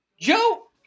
Joe